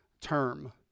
term